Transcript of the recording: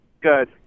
Good